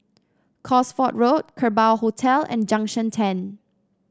Cosford Road Kerbau Hotel and Junction Ten